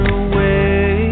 away